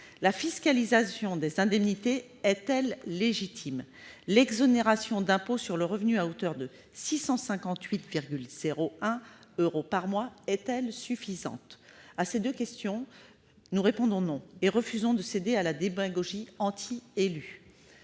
La fiscalisation des indemnités est-elle légitime ? L'exonération d'impôt sur le revenu à hauteur de 658,01 euros par mois est-elle suffisante ? À ces deux questions, nous répondons par la négative, et nous refusons de céder à la démagogie anti-élus.